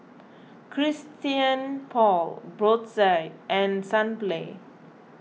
Christian Paul Brotzeit and Sunplay